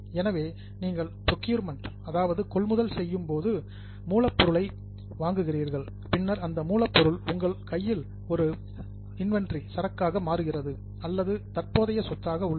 எனவே நீங்கள் பிரோகியூர்மெண்ட கொள்முதல் செய்யும் போது ரா மெட்டீரியல் மூலப்பொருளை பர்ச்சேசிங் வாங்குகிறீர்கள் பின்னர் அந்த மூலப்பொருள் உங்கள் கையில் ஒரு இன்வெண்டரி சரக்காக மாறுகிறது அல்லது தற்போதைய சொத்தாக உள்ளது